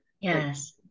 Yes